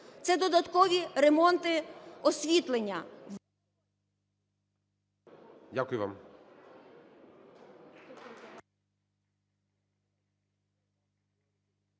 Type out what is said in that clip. це додаткові ремонти освітлення...